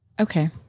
okay